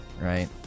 right